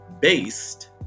based